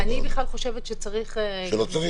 אני בכלל חושבת שצריך -- שלא צריך, אה.